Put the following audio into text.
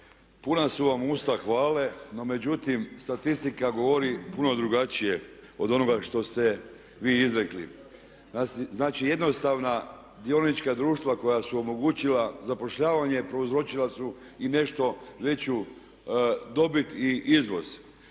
puna su vam usta hvale. No međutim, statistika govori puno drugačije od onoga što ste vi izrekli. Znači, jednostavna dionička društva koja su omogućila zapošljavanje prouzročila su i nešto veću dobit i izvoz.